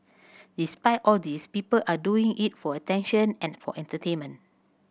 despite all these people are doing it for attention and for entertainment